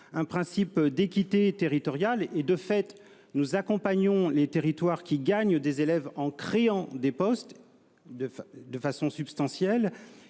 un principe d'équité territoriale - nous accompagnons les territoires qui gagnent des élèves, en créant des postes de façon substantielle